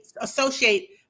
associate